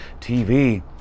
TV